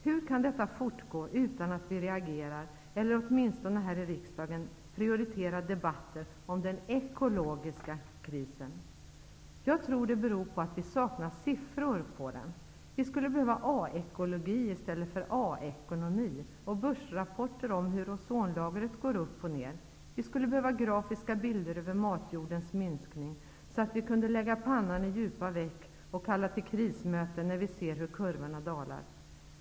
Hur kan detta fortgå utan att vi reagerar eller åtminstone här i riksdagen prioriterar debatter om den ekologiska krisen? Jag tror att det beror på att siffror saknas på den. Vi skulle behöva A-ekologi i stället för A-ekonomi och ''börsrapporter'' om hur ozonlagret går upp och ner. Vi skulle behöva grafiska bilder över matjordens minskning, så att vi kunde lägga pannan i djupa veck och kalla till krismöten när vi ser hur kurvorna dalar.